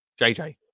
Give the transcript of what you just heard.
JJ